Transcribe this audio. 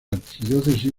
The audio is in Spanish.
arquidiócesis